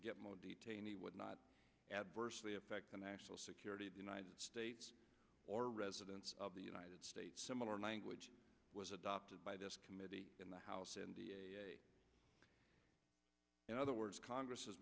detainee would not adversely affect the national security the united states or residents of the united states similar language was adopted by this committee in the house and in other words congress has